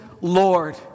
Lord